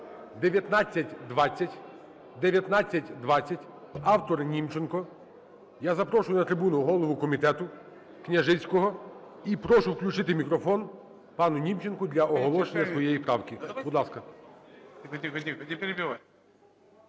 1920. 1920 – автор Німченко. Я запрошую на трибуну голову комітету Княжицького. І прошу включити мікрофон пану Німченку для оголошення своєї правки.